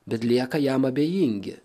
bet lieka jam abejingi